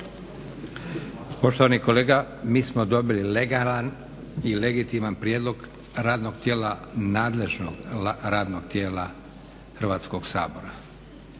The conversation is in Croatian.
Poštovani kolega, mi smo dobili legalan i legitiman prijedlog radnog tijela, nadležnog radnog tijela Hrvatskog sabora